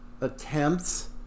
attempts